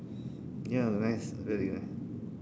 ya nice very nice